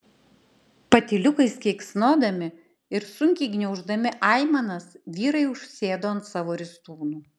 patyliukais keiksnodami ir sunkiai gniauždami aimanas vyrai užsėdo ant savo ristūnų